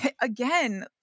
again